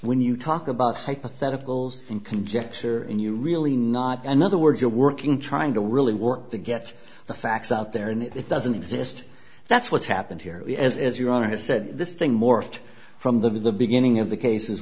when you talk about hypotheticals in conjecture and you really not another word you're working trying to really work to get the facts out there and it doesn't exist that's what's happened here as as your own has said this thing morphed from the beginning of the cases